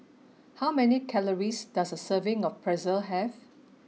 how many calories does a serving of Pretzel have